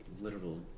literal